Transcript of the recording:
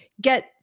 get